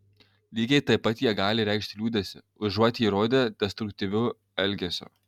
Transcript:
lygiai taip pat jie gali reikšti liūdesį užuot jį rodę destruktyviu elgesiu